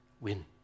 win